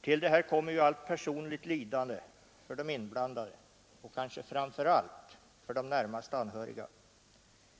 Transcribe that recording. Till detta kommer sedan allt personligt lidande för de inblandade, kanske framför allt för de närmast anhöriga.